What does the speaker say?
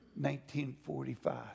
1945